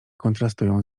kontrastują